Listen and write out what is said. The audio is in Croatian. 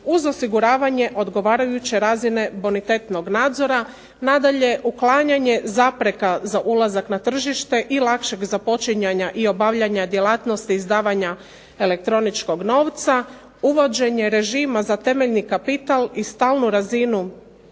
uz osiguravanje odgovarajuće razine bonitetnog nadzora, nadalje uklanjanje zapreka za ulazak na tržište i lakšeg započinjanja i obavljanja djelatnosti izdavanja elektroničkog novca, uvođenje režima za temeljni kapital i stalnu razinu